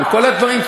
בכל הדברים.